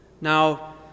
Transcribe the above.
Now